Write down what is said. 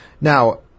Now